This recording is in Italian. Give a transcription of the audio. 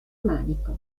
manico